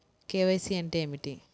KYC అంటే ఏమిటి?